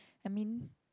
I mean